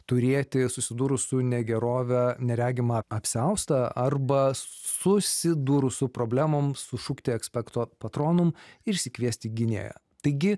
turėti susidūrus su negerove neregimą apsiaustą arba susidūrus su problemom sušukti ekspekto patronum ir išsikviesti gynėją taigi